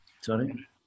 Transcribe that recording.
Sorry